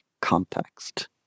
context